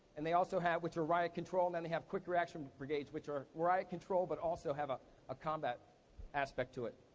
and they also have, which are riot control, and then they have quick reaction brigades, which are riot control, but also have ah a combat aspect to it.